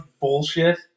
bullshit